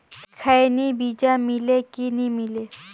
खैनी बिजा मिले कि नी मिले?